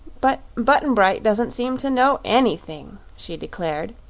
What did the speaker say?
but button-bright doesn't seem to know anything, she declared.